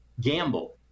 gamble